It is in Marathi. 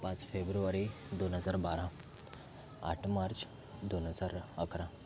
पाच फेब्रुवारी दोन हजार बारा आठ मार्च दोन हजार अकरा